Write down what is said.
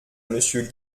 monsieur